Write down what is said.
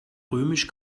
römisch